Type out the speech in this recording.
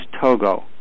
Togo